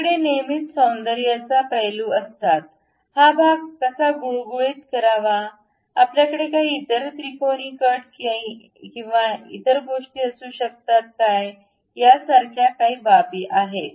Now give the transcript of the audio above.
आपल्याकडे नेहमीच सौंदर्याचा पैलू असतात हा भाग कसा गुळगुळीत करावा आपल्याकडे काही इतर त्रिकोणी कट आणि इतर गोष्टी असू शकतात काय यासारखे काही बाबी आहेत